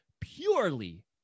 Purely